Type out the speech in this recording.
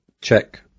check